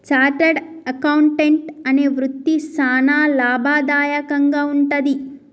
chartered accountant అనే వృత్తి సానా లాభదాయకంగా వుంటది